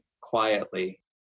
quietly